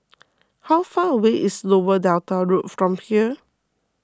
how far away is Lower Delta Road from here